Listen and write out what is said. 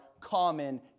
common